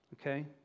Okay